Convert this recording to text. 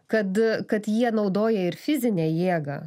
kad kad jie naudoja ir fizinę jėgą